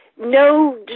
no